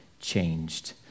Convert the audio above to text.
changed